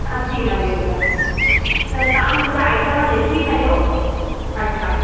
असी नवें रुपया त तव्हां मुंहिंजा आइटम लिखी छॾियो अच्छा